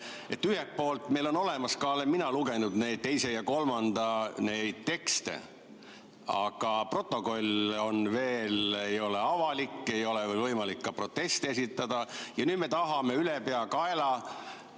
Ühelt poolt meil on olemas, olen minagi lugenud neid teise ja kolmanda lugemise tekste. Aga protokoll veel ei ole avalik, ei ole võimalik protesti esitada ja nüüd me tahame ülepeakaela